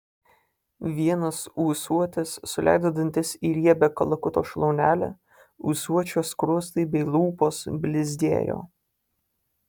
vienas ūsuotis suleido dantis į riebią kalakuto šlaunelę ūsuočio skruostai bei lūpos blizgėjo